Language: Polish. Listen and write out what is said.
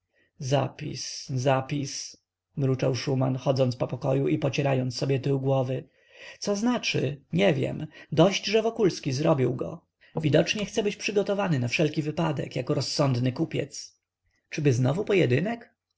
zapis zapis mruczał szuman chodząc po pokoju i pocierając sobie tył głowy co znaczy nie wiem dość że wokulski zrobił go widocznie chce być przygotowany na wszelki wypadek jako rozsądny kupiec czyby znowu pojedynek